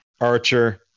Archer